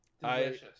Delicious